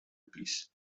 pis